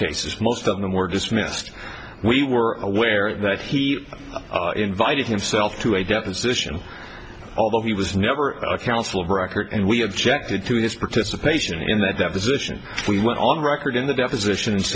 cases most of them were dismissed we were aware that he invited himself to a deposition although he was never a counsel of record and we objected to this protest a patient in that deposition we went on record in the deposition